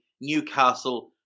Newcastle